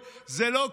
זה לא שינוי,